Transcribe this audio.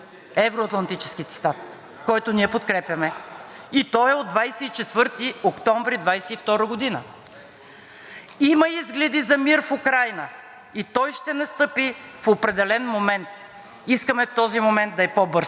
„Има изгледи за мир в Украйна и той ще настъпи в определен момент. Искаме този момент да е по-бърз.“ И това става на конференцията в Рим – „Зов към мир“. Ние зовем за мир!